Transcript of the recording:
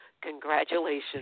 Congratulations